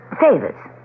favors